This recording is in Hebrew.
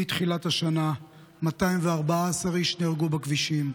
מתחילת השנה נהרגו 214 אנשים בכבישים,